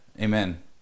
Amen